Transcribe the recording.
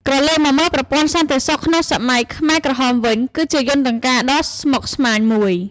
ក្រឡេកមកមើល ប្រព័ន្ធសន្តិសុខក្នុងសម័យខ្មែរក្រហមវិញ គឺជាយន្តការដ៏ស្មុគស្មាញមួយ។